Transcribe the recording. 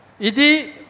Idi